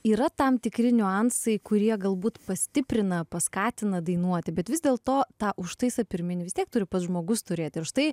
yra tam tikri niuansai kurie galbūt pastiprina paskatina dainuoti bet vis dėl to tą užtaisą pirminį vis tiek turi pats žmogus turėti ir štai